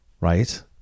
right